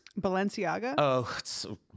Balenciaga